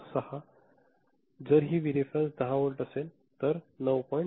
996 आणि जर V reference १० volt असेल तर ते 9